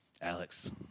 Alex